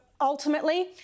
ultimately